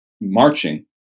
marching